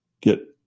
get